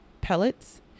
pellets